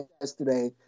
yesterday